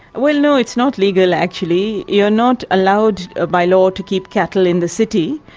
well no, it's not legal, actually. you're not allowed ah by law to keep cattle in the city,